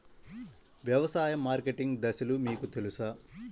వ్యవసాయ మార్కెటింగ్ దశలు మీకు తెలుసా?